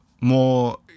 more